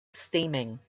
steaming